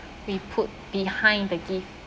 we put behind the gift